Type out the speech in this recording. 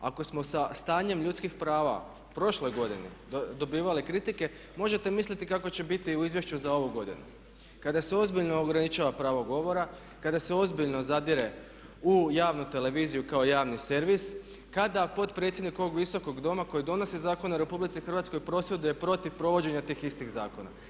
Ako samo sa stanjem ljudskih prava prošle godine dobivali kritike možete misliti kako će biti u izvješću za ovu godinu kada se ozbiljno ograničava pravo govora, kada se ozbiljno zadire u javnu televiziju kao javni servis, kada potpredsjednik ovog visokog doma koji donosi zakone u RH prosvjeduje protiv provođenja tih istih zakona.